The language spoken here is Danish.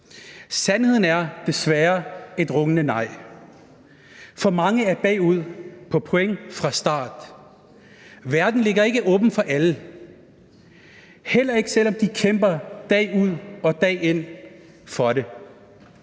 Sandheden er desværre et rungende nej, for mange er bagud på point fra start. Verden ligger ikke åben for alle, heller ikke selv om de kæmper dag ud og dag ind for det.